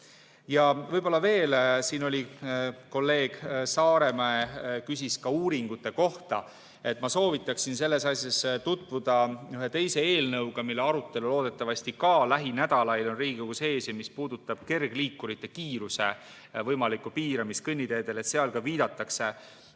Ja võib-olla veel. Kolleeg Saaremäe küsis ka uuringute kohta. Ma soovitaksin tutvuda ühe teise eelnõuga, mille arutelu loodetavasti ka lähinädalail on Riigikogus ees ja mis puudutab kergliikurite kiiruse võimalikku piiramist kõnniteedel. Seal ka viidatakse